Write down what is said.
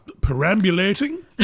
Perambulating